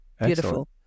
Beautiful